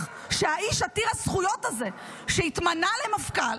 שהאיש עתיר הזכויות הזה שהתמנה למפכ"ל,